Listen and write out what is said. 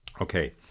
Okay